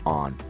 on